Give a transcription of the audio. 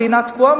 מדינה תקועה.